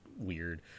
weird